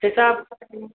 जैसा आप